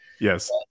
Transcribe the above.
Yes